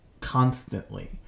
constantly